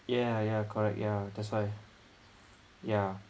ya ya correct ya that's why ya